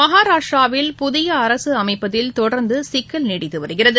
மகாராஷ்டிராவில் புதிய அரசு அமைப்பதில் தொடர்ந்து சிக்கல் நீடித்து வருகிறது